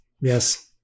Yes